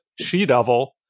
She-Devil